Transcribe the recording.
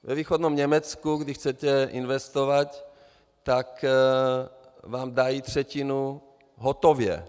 Ve východním Německu, když chcete investovat, tak vám dají třetinu hotově.